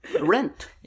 rent